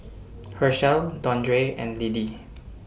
Hershell Dondre and Liddie